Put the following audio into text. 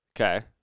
Okay